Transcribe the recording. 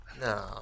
No